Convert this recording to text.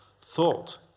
thought